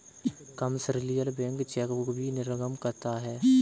commercial bank chequebook भी निर्गम करता है